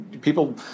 People